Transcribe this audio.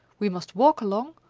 we must walk along,